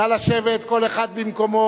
נא לשבת כל אחד במקומו.